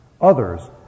others